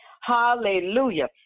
Hallelujah